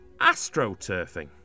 astroturfing